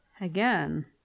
Again